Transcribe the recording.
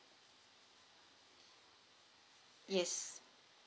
yes